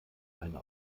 eine